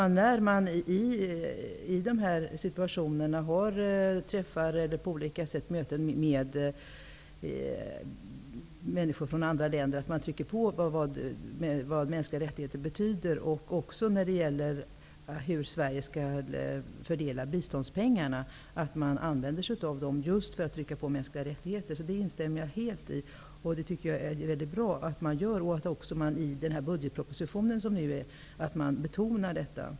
När man i olika situationer träffar eller har möten med människor från andra länder bör man betona betydelsen av skydd för mänskliga rättigheter. Sverige bör också vid fördelningen av biståndspengarna använda sig av möjligheten att påverka just när det gäller mänskliga rättigheter. Det instämmer jag helt i. Jag tycker att det är mycket bra att regeringen i budgetpropositionen betonar detta.